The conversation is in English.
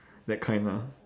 that kind lah